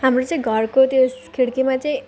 हाम्रो चाहिँ घरको त्यो खिड्कीमा चाहिँ